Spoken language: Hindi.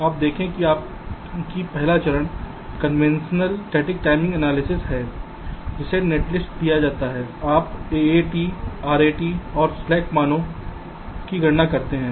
आप देखें कि पहला चरण कन्वेंशनल स्टेटिक टाइमिंग एनालिसिस है जिसे नेटलिस्ट दिया गया है आप AAT RAT और स्लैक मानों की गणना करते हैं